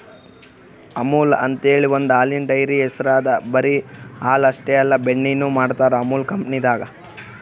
ಅಮುಲ್ ಅಂಥೇಳಿ ಒಂದ್ ಹಾಲಿನ್ ಡೈರಿ ಹೆಸ್ರ್ ಅದಾ ಬರಿ ಹಾಲ್ ಅಷ್ಟೇ ಅಲ್ಲ ಬೆಣ್ಣಿನು ಮಾಡ್ತರ್ ಅಮುಲ್ ಕಂಪನಿದಾಗ್